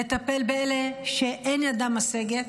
לטפל באלה שאין ידם משגת,